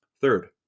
Third